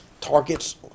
targets